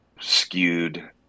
skewed